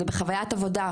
זה בחוויית עבודה,